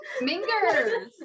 Mingers